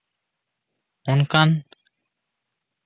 ᱚᱱᱠᱟᱱ